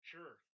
Sure